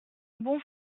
bon